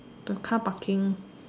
the car parking